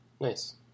nice